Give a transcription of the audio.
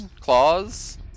claws